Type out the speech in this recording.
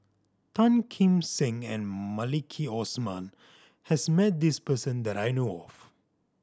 Tan Kim Seng and Maliki Osman has met this person that I know of